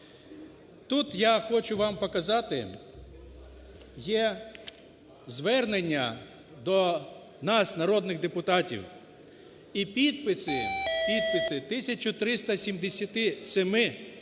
Тут я хочу вам показати, є звернення до нас, народних депутатів, і підписи,